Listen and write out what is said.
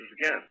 again